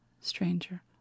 stranger